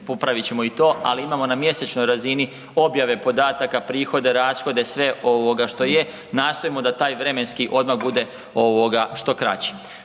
popravit ćemo i to, ali imamo na mjesečnoj razini objave podataka, prihode, rashode, sve ovoga što je, nastojimo da taj vremenski odmak bude što kraći.